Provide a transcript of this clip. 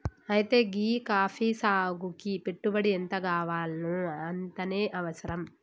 అయితే గీ కాఫీ సాగుకి పెట్టుబడి ఎంతగావాల్నో అంతనే అవసరం